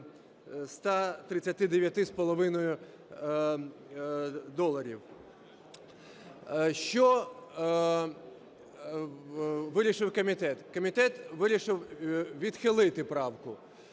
139,5 доларів. Що вирішив комітет. Комітет вирішив відхилити правку.